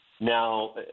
Now